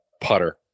putter